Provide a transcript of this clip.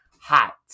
hot